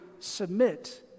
Submit